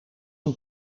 een